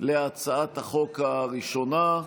להצעת החוק הראשונה.